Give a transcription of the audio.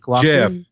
Jeff